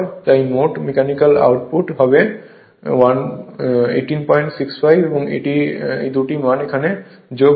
তাই মোট mechanical output হবে 1865 এবং এই দুটি মান এখানে যোগ হবে